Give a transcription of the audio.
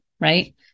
Right